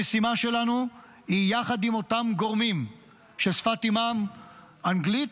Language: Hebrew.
המשימה שלנו יחד עם אותם גורמים ששפת אימם אנגלית,